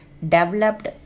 developed